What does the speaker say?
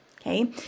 Okay